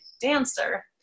dancer